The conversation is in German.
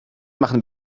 machen